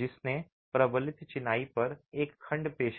जिसने प्रबलित चिनाई पर एक खंड पेश किया है